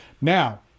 Now